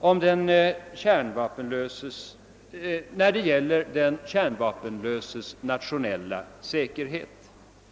när det gäller den kärnvapenlöses nationella säkerhet.